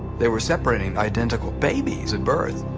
they were separating identical babies at birth